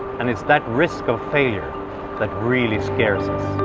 and it's that risk of failure that really scares us.